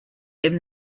him